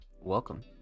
welcome